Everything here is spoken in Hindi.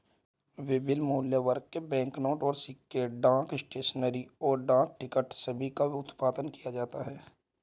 विभिन्न मूल्यवर्ग के बैंकनोट और सिक्के, डाक स्टेशनरी, और डाक टिकट सभी का उत्पादन किया जाता है